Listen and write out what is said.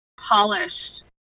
polished